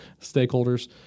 stakeholders